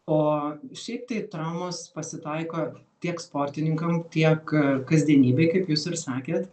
o šiaip tai traumos pasitaiko tiek sportininkam tiek kasdienybėj kaip jūs ir sakėt